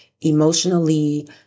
emotionally